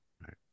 right